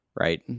right